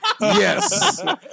Yes